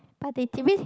but they